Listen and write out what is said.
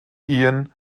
ian